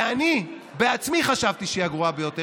ואני בעצמי חשבתי שהיא הגרועה ביותר.